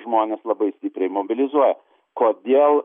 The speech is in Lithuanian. žmonės labai stipriai mobilizuoja kodėl